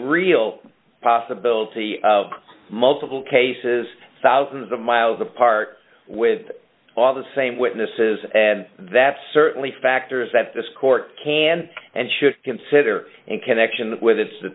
real possibilty of multiple cases thousands of miles apart with all the same witnesses and that certainly factors that this court can and should consider in connection with